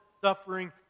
suffering